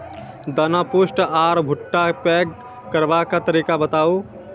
दाना पुष्ट आर भूट्टा पैग करबाक तरीका बताऊ?